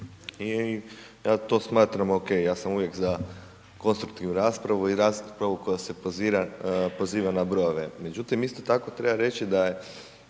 ja to smatram ok, ja sam uvijek za konstruktivnu raspravu i raspravu koja se bazira, poziva na brojeve. Međutim, isto tako treba reći da je